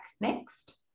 next